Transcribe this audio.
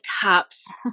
cops